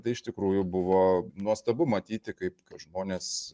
tai iš tikrųjų buvo nuostabu matyti kaip žmonės